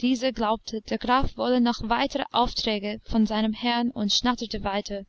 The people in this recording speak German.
dieser glaubte der graf wolle noch weitere aufträge von seinem herrn und schnatterte weiter